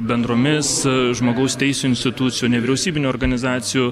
bendromis žmogaus teisių institucijų nevyriausybinių organizacijų